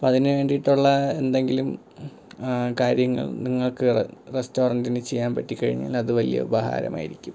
അപ്പോൾ അതിന് വേണ്ടിയിട്ടുള്ള എന്തെങ്കിലും കാര്യങ്ങൾ നിങ്ങൾക്ക് റെസ്റ്റോറൻ്റിന് ചെയ്യാൻ പറ്റിക്കഴിഞ്ഞാൽ അത് വലിയ ഉപകാരം ആയിരിക്കും